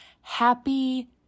Happy